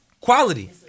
quality